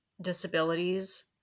disabilities